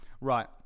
Right